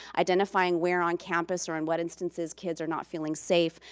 identifying where on campus or in what instances kids are not feeling safe,